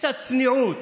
קצת צניעות.